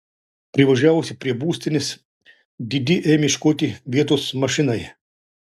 privažiavusi prie būstinės didi ėmė ieškoti vietos mašinai